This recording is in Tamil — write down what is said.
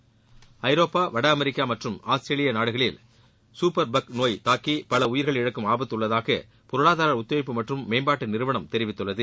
சூப்பா்பக் ஐரோப்பா வடஅமெிக்கா மற்றும் ஆஸ்திரேலியா நாடுகளில் சூப்பா்பக் நோய் தாக்கி பல உயிர் இழக்கும் ஆபத்து உள்ளதாக பொருளாதார ஒத்துழைப்பு மற்றும் மேம்பாட்டு நிறுவனம் தெரிவித்துள்ளது